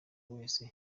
wese